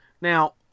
Now